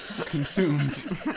consumed